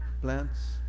plants